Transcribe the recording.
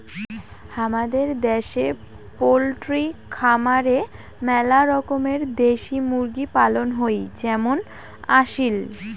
হামাদের দ্যাশে পোলট্রি খামারে মেলা রকমের দেশি মুরগি পালন হই যেমন আসিল